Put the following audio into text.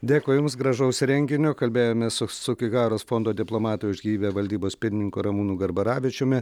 dėkui jums gražaus renginio kalbėjomės su sugiharos fondo diplomatu už gyvybę valdybos pirmininku ramūnu garbaravičiumi